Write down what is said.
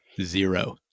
Zero